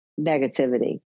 negativity